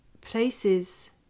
places